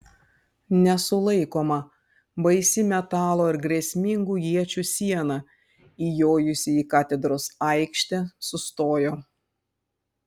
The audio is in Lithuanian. nesulaikoma baisi metalo ir grėsmingų iečių siena įjojusi į katedros aikštę sustojo